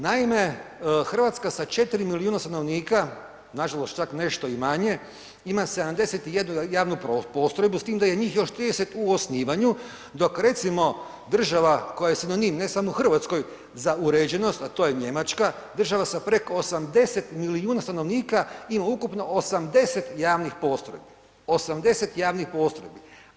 Naime, Hrvatska sa 4 milijuna stanovnika, nažalost čak nešto i manje ima 71 javnu postrojbu s time da je njih još 30 u osnivanju dok recimo država koja je sinonim ne samo Hrvatskoj za uređenost a to je Njemačka, država sa preko 80 milijuna stanovnika ima ukupno 80 javnih postrojbi, 80 javnih postrojbi.